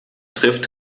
trifft